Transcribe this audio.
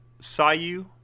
Sayu